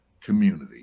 community